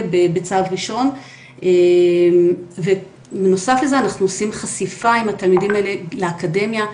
בצו ראשון ונוסף לזה אנחנו עושים חשיפה עם התלמידים האלה לאקדמיה,